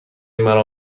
مرا